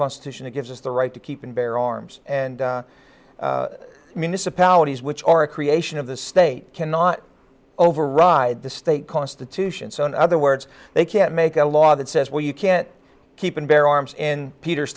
constitution it gives us the right to keep and bear arms and municipalities which are a creation of the state cannot override the state constitution so in other words they can't make a law that says well you can't keep and bear arms in peter's